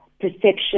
perception